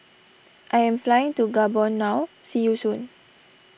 I am flying to Gabon now see you soon